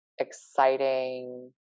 exciting